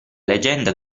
leggenda